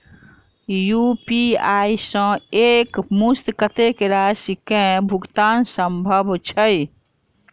UPI सऽ एक मुस्त कत्तेक राशि कऽ भुगतान सम्भव छई?